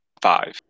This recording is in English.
five